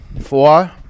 Four